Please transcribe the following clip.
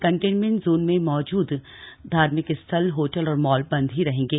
containment zone में मौजूद धार्मिक स्थल होटल और मॉल बंद ही रहेंगे